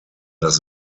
das